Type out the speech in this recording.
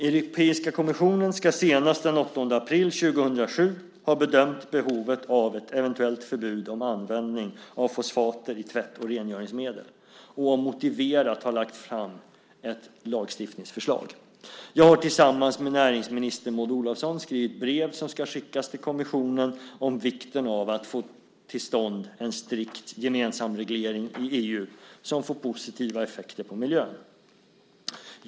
Europeiska kommissionen ska senast den 8 april 2007 ha bedömt behovet av ett eventuellt förbud om användning av fosfater i tvätt och rengöringsmedel och om motiverat ha lagt fram ett lagstiftningsförslag. Jag har tillsammans med näringsminister Maud Olofsson skrivit brev som ska skickas till kommissionen om vikten av att få till stånd en strikt gemensam reglering i EU som får positiva effekter på miljön.